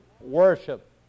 worship